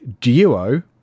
duo